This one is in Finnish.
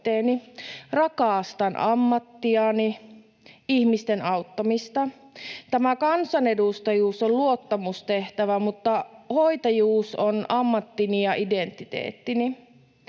Rakastan ammattiani, ihmisten auttamista. Tämä kansanedustajuus on luottamustehtävä, mutta hoitajuus on ammattini ja identiteettini.